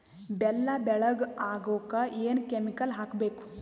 ಬೆಲ್ಲ ಬೆಳಗ ಆಗೋಕ ಏನ್ ಕೆಮಿಕಲ್ ಹಾಕ್ಬೇಕು?